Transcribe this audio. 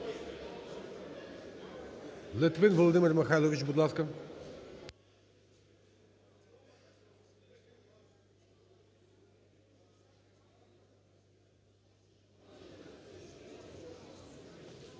Литвин Володимир Михайлович, будь ласка.